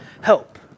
help